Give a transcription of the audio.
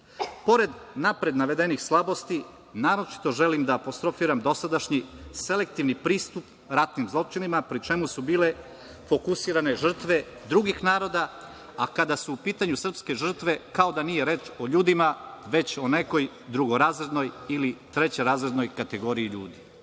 napred navedenih slabosti, naročito želim da apostrofiram dosadašnji selektivni pristup ratnim zločinima, pri čemu su bile fokusirane žrtve drugih naroda, a kada su u pitanju srpske žrtve, kao da nije reč o ljudima, već o nekoj drugorazrednoj ili trećerazrednoj kategoriji ljudi. Ova